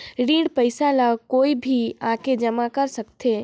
ऋण पईसा ला कोई भी आके जमा कर सकथे?